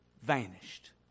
vanished